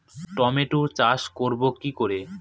Tomato চাষ করব কি করে?